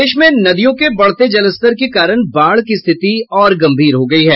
प्रदेश में नदियों के बढ़ते जलस्तर के कारण बाढ़ की स्थिति और गंभीर हो गई है